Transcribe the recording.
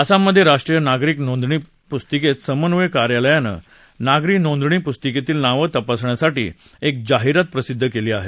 आसाममधे राष्ट्रीय नागरिक नोंदणी समन्वयक कार्यालयानं नागरी नोंदणी पुस्तिकेतील नावं तपासण्यासाठी एक जाहिरात प्रसिद्ध केली आहे